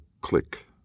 click